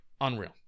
Unreal